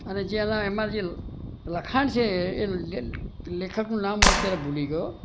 અને જે એમાં એમાં જે લખાણ છે એ લેખકનું નામ અત્યારે હું ભૂલી ગયો